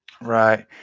Right